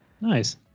Nice